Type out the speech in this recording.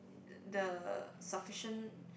t~ the sufficient